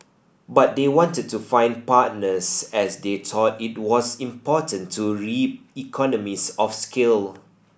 but they wanted to find partners as they thought it was important to reap economies of scale